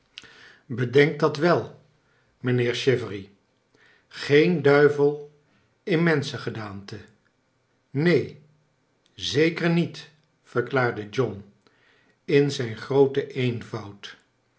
bedenk dat we niijnheer chi very geen duivel in menschengedaante i neen zeker niet verklaarde john in zijn grooten eenvoud